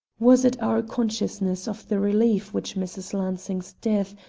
was it our consciousness of the relief which mrs. lansing's death,